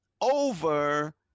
over